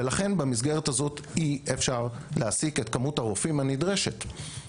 במסגרת הזו אי אפשר להעסיק את כמות הרופאים הנדרשת.